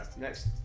next